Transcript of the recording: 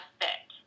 fit